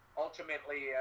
Ultimately